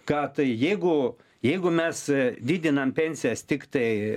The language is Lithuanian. ką tai jeigu jeigu mes didinam pensijas tiktai